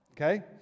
okay